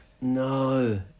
No